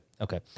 okay